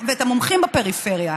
ואת המומחים בפריפריה.